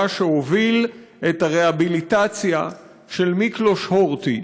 שהוביל את הרהביליטציה של מיקלוש הורטי,